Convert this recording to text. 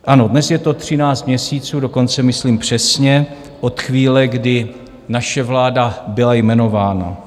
Ano, dnes je to třináct měsíců, dokonce myslím přesně, od chvíle, kdy naše vláda byla jmenována.